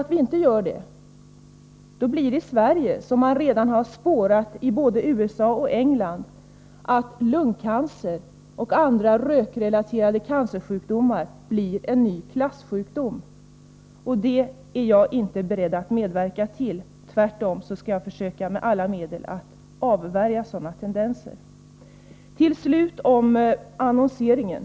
Om vi inte lyckas med informationen, får vi i Sverige samma utveckling som redan har spårats i både USA och England: lungcancer och andra rökrelaterade cancersjukdomar blir nya klassjukdomar. Det är inte jag beredd att medverka till. Tvärtom skall jag försöka att med alla medel avvärja sådana tendenser. Till slut några ord om annonseringen.